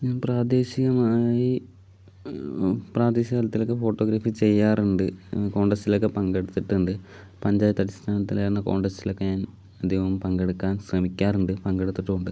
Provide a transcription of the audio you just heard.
ഞാൻ പ്രാദേശികമായി പ്രാദേശിക തലത്തിലൊക്കെ ഫോട്ടോഗ്രാഫി ചെയ്യാറുണ്ട് കോൺടെസ്റ്റിൽ ഒക്കെ പങ്കെടുത്തിട്ടുണ്ട് പഞ്ചായത്ത് അടിസ്ഥാനത്തിലായിരുന്ന കോൺടെസ്റ്റിൽ ഒക്കെ ഞാൻ അധികവും പങ്കെടുക്കാൻ ശ്രമിക്കാറുണ്ട് പങ്കെടുത്തിട്ടും ഉണ്ട്